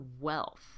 wealth